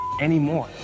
anymore